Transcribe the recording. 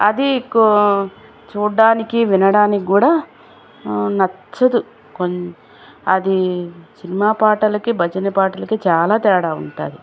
అది ఎక్కువ చూడ్డానికి వినడానికి కూడా నచ్చదు కొం అది సినిమా పాటలకి భజన పాటలకి చాలా తేడా ఉంటుంది